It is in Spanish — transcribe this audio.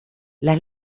las